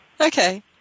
Okay